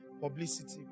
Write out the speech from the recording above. publicity